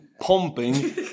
pumping